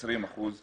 כ-20 אחוזים